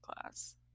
class